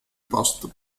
post